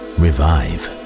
revive